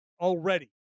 already